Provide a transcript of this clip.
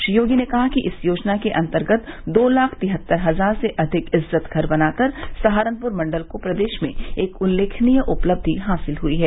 श्री योगी ने कहा कि इस योजना अन्तर्गत दो लाख तिहत्तर हजार से अधिक इज्जत घर बनाकर सहारनपुर मण्डल को प्रदेश में उल्लेखनीय उपलब्धि हासिल हुई है